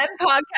podcast